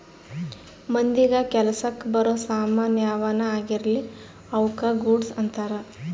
ಮಂದಿಗ ಕೆಲಸಕ್ ಬರೋ ಸಾಮನ್ ಯಾವನ ಆಗಿರ್ಲಿ ಅವುಕ ಗೂಡ್ಸ್ ಅಂತಾರ